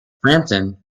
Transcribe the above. frampton